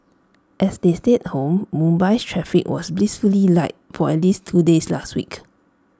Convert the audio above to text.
as they stayed home Mumbai's traffic was blissfully light for at least two days last week